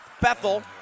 Bethel